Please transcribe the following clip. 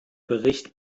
bericht